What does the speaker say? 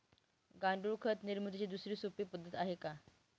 गांडूळ खत निर्मितीची दुसरी सोपी पद्धत आहे का?